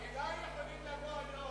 אלי יכולים לבוא היום.